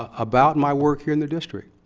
ah about my work here in the district.